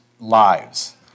lives